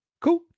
Cool